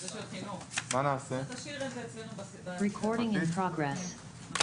אני פותחת את הדיון בפרק כ' ייעול מערך הכשרות,